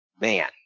Man